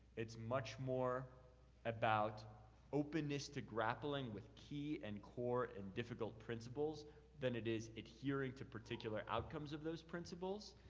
it's much more about openness to grappling with key and core and difficult principles than it is adhering to particular outcomes of those principles.